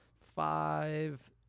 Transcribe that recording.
five